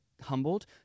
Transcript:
humbled